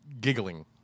giggling